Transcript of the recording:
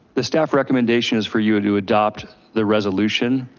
the staff recommendation is for you to adopt the resolution.